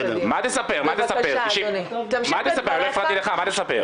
מה תספר, לא הפרעתי לך, מה תספר.